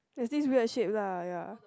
there's this weird shape lah ya